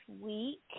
Week